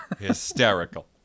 hysterical